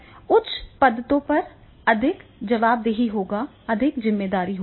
उच्च पदों पर अधिक जवाबदेही होगी अधिक जिम्मेदारी होगी